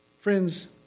Friends